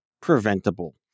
preventable